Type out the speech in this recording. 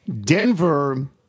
Denver